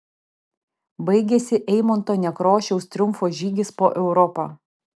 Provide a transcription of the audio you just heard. baigėsi eimunto nekrošiaus triumfo žygis po europą